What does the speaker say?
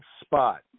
spot